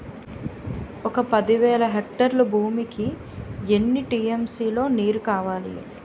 ఒక పది వేల హెక్టార్ల భూమికి ఎన్ని టీ.ఎం.సీ లో నీరు కావాలి?